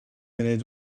munud